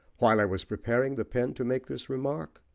while i was preparing the pen to make this remark,